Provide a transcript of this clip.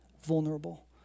vulnerable